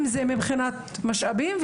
אם זה מבחינת משאבים,